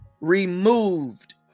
removed